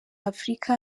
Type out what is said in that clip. afurika